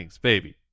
baby